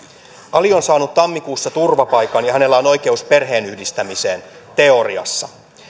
ali on saanut tammikuussa turvapaikan ja hänellä on oikeus perheenyhdistämiseen teoriassa